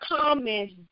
comments